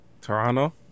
Toronto